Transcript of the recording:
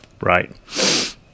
Right